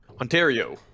Ontario